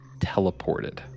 teleported